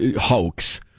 hoax